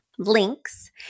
links